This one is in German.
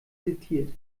zitiert